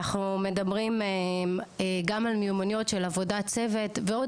אנחנו מדברים גם על מיומנויות של עבודת צוות ועוד